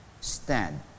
stand